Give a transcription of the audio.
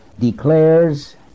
declares